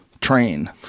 train